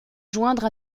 joindre